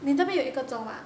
你那边有一个钟 ah